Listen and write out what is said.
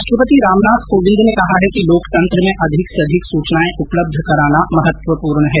राष्ट्रपति रामनाथ कोविंद ने कहा है कि लोकतंत्र में अधिक से अधिक सूचनाएं उपलब्ध कराना महत्वपूर्ण है